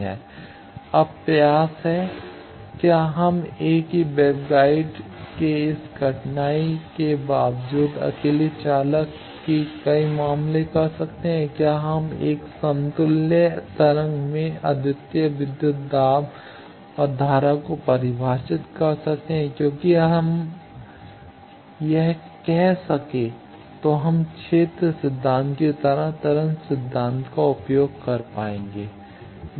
अब प्रयास है संदर्भ समय 0856 क्या हम एक ही वेवगाइड के इस कठिनाई के बावजूद अकेली चालक की कई मामले कर सकते हैं क्या हम एक समतुल्य तरंग में अद्वितीय विद्युत दाब और धारा को परिभाषित कर सकते हैं क्योंकि यदि हम यह कर सकें तो हम क्षेत्र सिद्धांत की जगह तरंग सिद्धांत का उपयोग कर पाएंगे